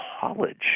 college